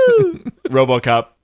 Robocop